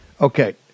Okay